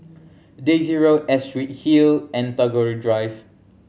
Daisy Road Astrid Hill and Tagore Drive